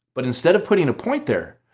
but instead of putting a point there,